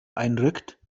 einrückt